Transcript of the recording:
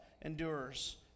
endures